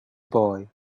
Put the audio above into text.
boy